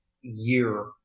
year